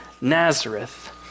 Nazareth